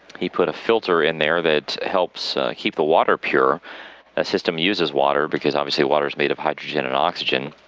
he put a filter in there that helps keep the water pure. that ah system uses water because obviously water is made of hydrogen and oxygen.